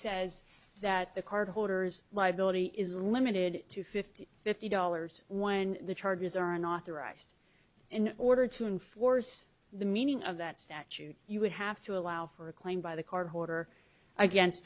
says that the card holders why bill t is limited to fifty fifty dollars when the charges are unauthorized in order to enforce the meaning of that statute you would have to allow for a claim by the card holder against